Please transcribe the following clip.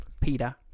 Peter